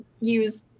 use